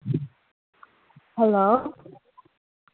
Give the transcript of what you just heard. hello